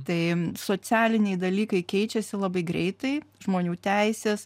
tai socialiniai dalykai keičiasi labai greitai žmonių teisės